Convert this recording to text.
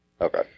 Okay